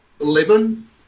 Eleven